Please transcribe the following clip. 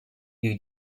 you